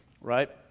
right